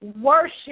worship